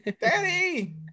Daddy